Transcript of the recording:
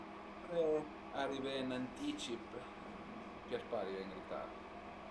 Sempre arivé ën anticip, a m'pias pa arivé ën ritard